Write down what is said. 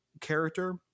character